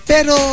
Pero